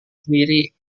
sendiri